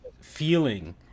feeling